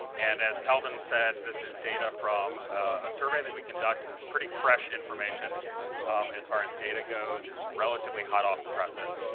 and as kelvin said, this is data from a survey that we conducted. it is pretty fresh information as far as data goes. it's relatively hot off the presses.